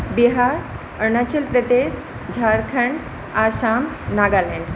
Bihar Arunachal Pradesh Jharkhand Assam Nagaland